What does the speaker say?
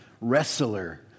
wrestler